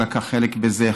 שלקח חלק בזה,